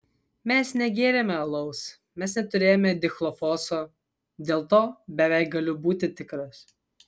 mes negėrėme alaus mes neturėjome dichlofoso dėl to beveik galiu būti tikras